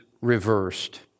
reversed